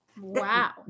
Wow